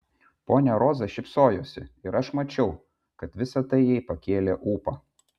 ponia roza šypsojosi ir aš mačiau kad visa tai jai pakėlė ūpą